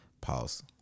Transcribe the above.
Pause